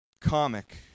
comic